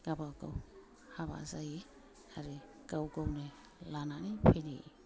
गावबा गाव हाबा जायो आरो गाव गावनो लानानै फैयो